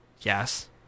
Yes